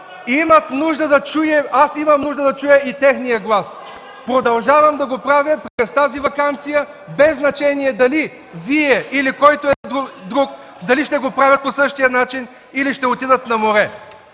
Аз имам нужда да чуя техния глас. Продължавам да го правя през тази ваканция без значение дали Вие, или който и да е било друг ще го прави по същия начин или ще отиде на море.